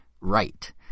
right